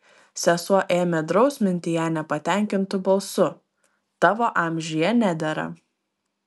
sesuo ėmė drausminti ją nepatenkintu balsu tavo amžiuje nedera